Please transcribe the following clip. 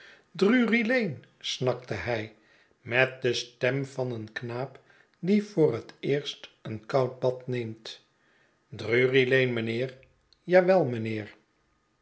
drury lane snaktehij met de stem van een knaap die voor het eerst een koud bad neemt drury lane meneer jawel meneer